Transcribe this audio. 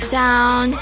down